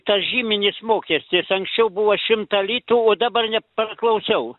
tas žyminis mokestis anksčiau buvo šimtą litų o dabar nepraklausiau